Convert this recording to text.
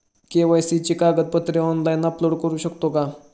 KYC ची कागदपत्रे online upload करू शकतो का?